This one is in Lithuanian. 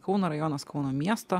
kauno rajonas kauno miesto